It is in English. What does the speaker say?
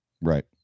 Right